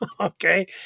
okay